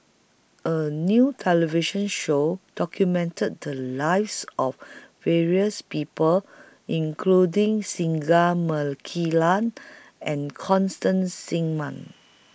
A New television Show documented The Lives of various People including Singai Mukilan and Constance Singam